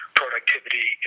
productivity